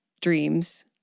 dreams